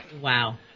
Wow